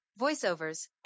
voiceovers